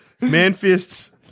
Man-fists